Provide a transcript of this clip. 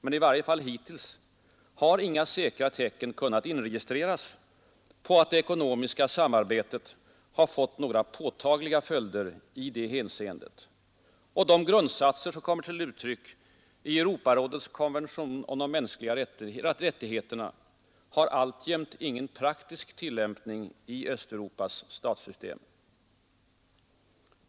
Men i varje fall hittills har inga säkra tecken kunnat inregistreras på att det ekonomiska samarbetet fått några påtagliga följder i det hänseendet. De grundsatser som kommer till uttryck i Europarådets konvention om de mänskliga rättigheterna har alltjämt ingen praktisk tillämpning i Östeuropas statssystem.